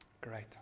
Great